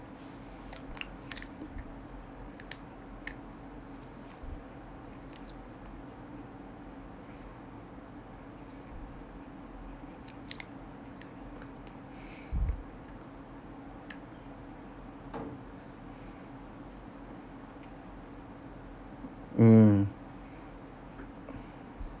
mm